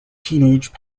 teenage